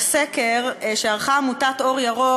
סקר שערכה עמותת "אור ירוק",